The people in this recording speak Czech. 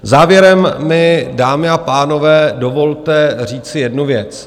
Závěrem mi, dámy a pánové, dovolte říci jednu věc.